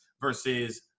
versus